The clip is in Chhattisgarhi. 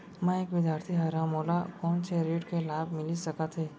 मैं एक विद्यार्थी हरव, मोला कोन से ऋण के लाभ मिलिस सकत हे?